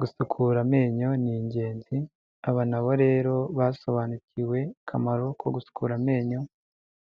Gusukura amenyo ni ingenzi, aba na bo rero basobanukiwe akamaro ko gusukura amenyo,